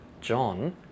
John